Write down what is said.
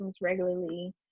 regularly